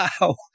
Wow